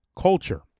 culture